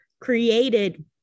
created